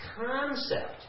concept